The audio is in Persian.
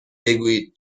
بگویید